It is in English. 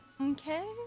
Okay